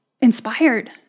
inspired